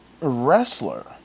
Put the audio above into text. wrestler